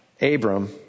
Abram